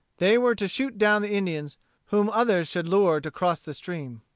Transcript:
they were to shoot down the indians whom others should lure to cross the stream.